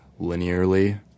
linearly